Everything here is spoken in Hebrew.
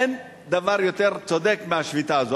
אין דבר יותר צודק מהשביתה הזאת.